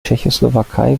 tschechoslowakei